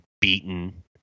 beaten